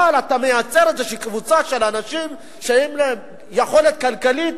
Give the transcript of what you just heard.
אבל אתה מייצר איזושהי קבוצה של אנשים עם יכולת כלכלית,